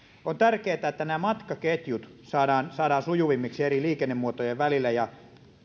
on tärkeätä että nämä matkaketjut saadaan sujuvammiksi eri liikennemuotojen välillä ja